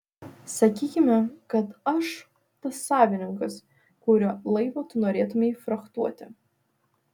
sakykime kad aš tas savininkas kurio laivą tu norėtumei frachtuoti